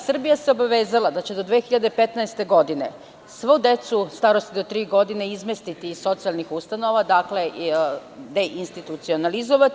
Srbija se obavezala da će do 2015. godine svu decu starosti do tri godine izmestiti iz socijalnih ustanova, deinstitucionalizovati.